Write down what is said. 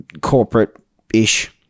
corporate-ish